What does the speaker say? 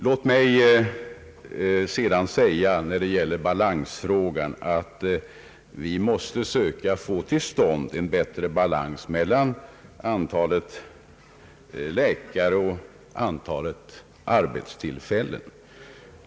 Låt mig sedan säga, när det gäller balansfrågan att vi måste söka få till stånd en bättre balans mellan antalet läkare och antalet arbetstillfällen.